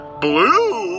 blue